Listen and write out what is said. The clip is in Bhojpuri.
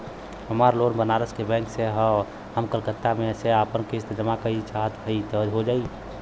हमार लोन बनारस के बैंक से ह हम कलकत्ता से आपन किस्त जमा कइल चाहत हई हो जाई का?